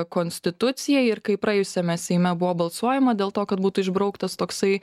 konstitucijai ir kai praėjusiame seime buvo balsuojama dėl to kad būtų išbrauktas toksai